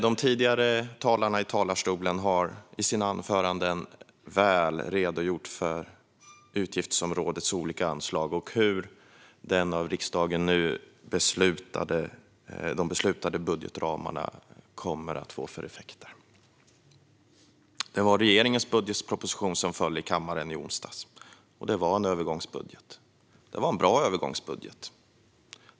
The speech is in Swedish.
De tidigare talarna har i sina anföranden väl redogjort för utgiftsområdets olika anslag och vad de av riksdagen nu beslutade budgetramarna kommer att få för effekter. Det var regeringens budgetproposition som föll i kammaren i onsdags. Det var en bra övergångsbudget som föll.